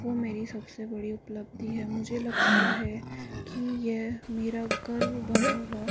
वो मेरी सबसे बड़ी उपलब्धी है मुझे लगता है की मेरा यह गर्व भरा हुआ